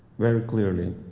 very clearly